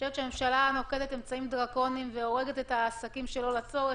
הממשלה נוקטת אמצעים דרקוניים והורגת את העסקים שלא לצורך,